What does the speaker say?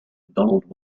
donald